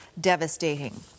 devastating